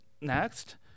next